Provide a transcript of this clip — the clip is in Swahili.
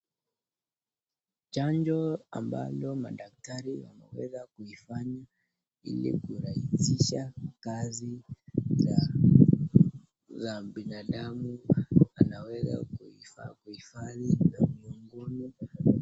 Chanjo ambalo madktari wameweza kuyafanya ili kuraizisha kazi za binadamu, anaweza kuifanya..